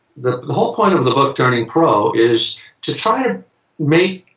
the the whole point of the book, turning pro, is to try to make.